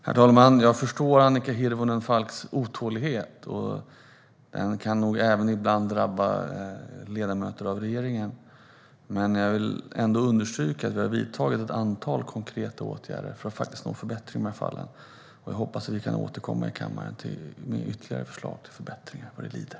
Herr talman! Jag förstår Annika Hirvonen Falks otålighet. Den kan nog även ibland drabba ledamöter av regeringen. Jag vill ändå understryka att vi har vidtagit ett antal konkreta åtgärder för att faktiskt nå en förbättring i de här fallen. Jag hoppas att vi kan återkomma i kammaren med ytterligare förslag till förbättringar vad det lider.